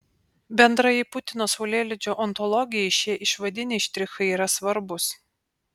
bendrajai putino saulėlydžio ontologijai šie išvadiniai štrichai yra svarbūs